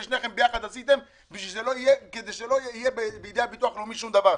ושניכם יחד עשיתם כדי שלא יהיה בידי הביטוח הלאומי שום דבר.